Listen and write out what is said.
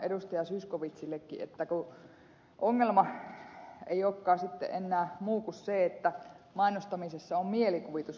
zyskowiczillekin että kun ongelma ei olekaan sitten enää muu kuin se että mainostamisessa on mielikuvitus vaan rajana